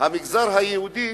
המגזר היהודי,